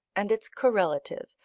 and its correlative,